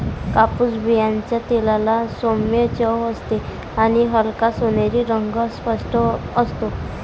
कापूस बियांच्या तेलाला सौम्य चव असते आणि हलका सोनेरी रंग स्पष्ट असतो